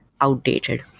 outdated